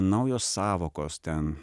naujos sąvokos ten